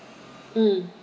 mm